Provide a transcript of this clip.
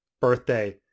birthday